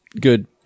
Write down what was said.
good